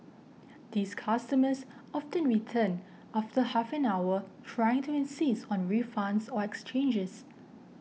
these customers often return after half an hour trying to insist on refunds or exchanges